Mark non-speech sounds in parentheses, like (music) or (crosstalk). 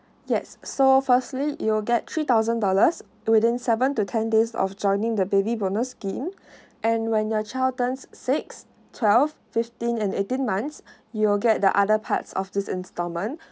yes so firstly you will get three thousand dollars within seven to ten days of joining the baby bonus scheme (breath) and when the child turns six twelve fifteen and eighteen months (breath) you'll get the other parts of these installment (breath)